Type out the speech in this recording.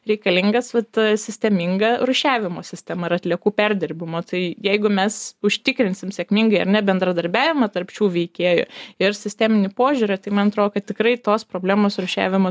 reikalingas vat sisteminga rūšiavimo sistema ir atliekų perdirbimo tai jeigu mes užtikrinsim sėkmingai ar ne bendradarbiavimą tarp šių veikėjų ir sisteminį požiūrį tai man atrodo kad tikrai tos problemos rūšiavimą